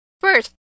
First